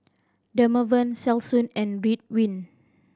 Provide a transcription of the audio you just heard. Dermaveen Selsun and Ridwind